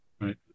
right